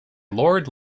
lord